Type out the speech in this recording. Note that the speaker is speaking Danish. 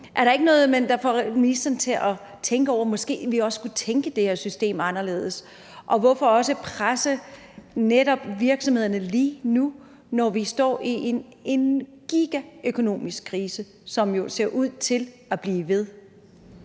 Er der ikke noget, der får ministeren til at tænke over, at vi måske skulle tænke det her system anderledes? Og hvorfor også presse virksomhederne netop lige nu, når vi står i en gigastor økonomisk krise, som jo ser ud til at blive ved?